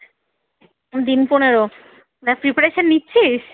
দিন পনেরো না প্রিপারেশান নিচ্ছিস